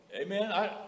Amen